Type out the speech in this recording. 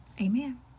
Amen